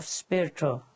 spiritual